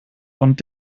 und